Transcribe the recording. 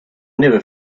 never